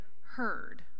heard